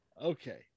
Okay